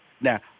Now